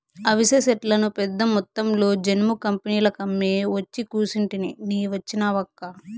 అవిసె సెట్లను పెద్దమొత్తంలో జనుము కంపెనీలకమ్మి ఒచ్చి కూసుంటిని నీ వచ్చినావక్కా